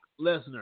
Lesnar